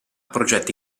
progetti